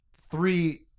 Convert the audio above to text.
three